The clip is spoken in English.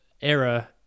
error